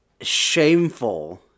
shameful